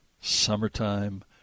summertime